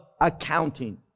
accounting